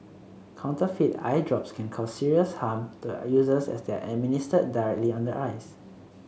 counterfeit eye drops can cause serious harm to users as they are administered directly on the eyes